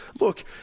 look